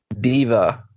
diva